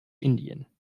indien